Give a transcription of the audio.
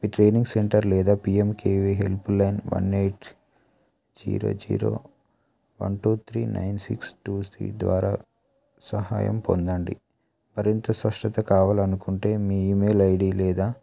మీ training centre లేదా PMKVY helpline one eight zero zero one two three nine six two three ద్వారా సహాయం పొందండి మరింత స్పష్టత కావాలనుకుంటే మీ ఈమెయిల్ ఐడీ లేదా